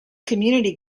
community